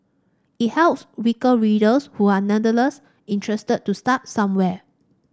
it helps weaker readers who are nevertheless interested to start somewhere